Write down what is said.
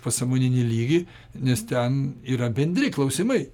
pasąmoninį lygį nes ten yra bendri klausimai